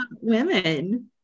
women